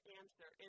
answer